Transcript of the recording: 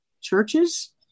churches